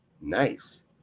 Nice